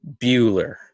Bueller